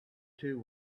two